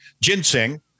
ginseng